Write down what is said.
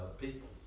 people